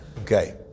Okay